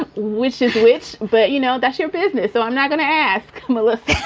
but which is which. but, you know, that's your business so i'm not going to ask um ah if